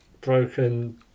broken